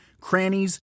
crannies